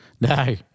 No